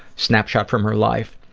snapshot from her life?